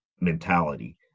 mentality